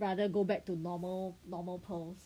rather go back to normal normal pearls